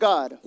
God